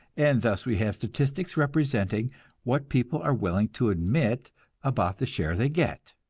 and thus we have statistics representing what people are willing to admit about the share they get.